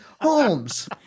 Holmes